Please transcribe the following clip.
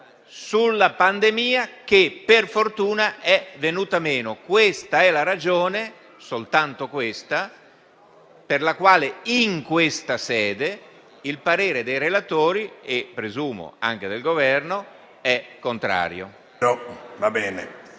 sulla pandemia che, per fortuna, è venuta meno. Soltanto questa è la ragione per la quale in questa sede il parere dei relatori (e presumo anche del Governo) è contrario.